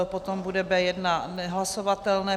Potom bude B1 nehlasovatelné.